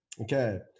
okay